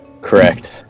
Correct